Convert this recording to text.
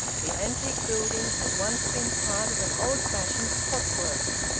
the antique building had once been part of an old-fashioned pot-works,